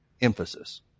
Emphasis